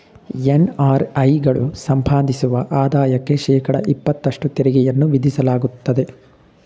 NRI ಗಳು ಸಂಪಾದಿಸುವ ಆದಾಯಕ್ಕೆ ಶೇಕಡ ಇಪತ್ತಷ್ಟು ತೆರಿಗೆಯನ್ನು ವಿಧಿಸಲಾಗುತ್ತದೆ